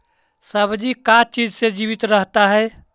सब्जी का चीज से जीवित रहता है?